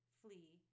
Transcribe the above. flee